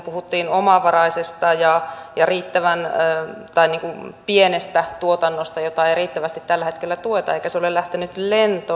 puhuttiin omavaraisesta ja riittävän pienestä tuotannosta jota ei riittävästi tällä hetkellä tueta ja joka ei ole lähtenyt lentoon